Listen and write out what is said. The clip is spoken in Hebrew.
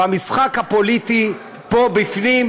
במשחק הפוליטי פה בפנים,